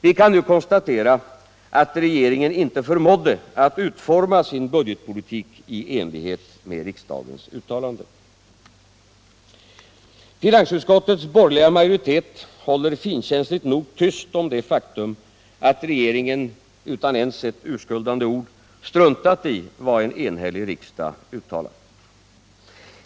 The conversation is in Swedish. Vi kan nu konstatera att regeringen inte förmådde att utforma sin budgetpolitik i enlighet med riksdagens uttalande. Finansutskottet borgerliga majoritet håller finkänsligt nog tyst om det faktum att regeringen — utan ens ett urskuldande ord — struntat i vad en enhällig riksdag uttalat.